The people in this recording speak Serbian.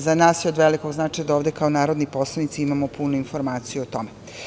Za nas je od velikog značaja da ovde kao narodni poslanici imamo punu informaciju o tome.